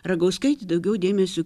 ragauskaitė daugiau dėmesio